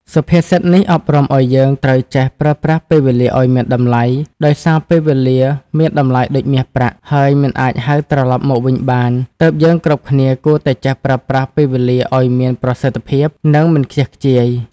សុភាសិតនេះអប់រំអោយយើង ត្រូវចេះប្រើប្រាស់ពេលវេលាឲ្យមានតម្លៃ ដោយសារតែពេលវេលាមានតម្លៃដូចមាសប្រាក់ ហើយមិនអាចហៅត្រឡប់មកវិញបាន ទើបយើងគ្រប់គ្នាគួរតែចេះប្រើប្រាស់ពេលវេលាឲ្យមានប្រសិទ្ធភាព និងមិនខ្ជះខ្ជាយ។